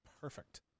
Perfect